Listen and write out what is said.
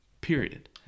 Period